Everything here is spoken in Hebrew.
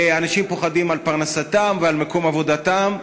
אנשים פוחדים על פרנסתם ועל מקום עבודתם.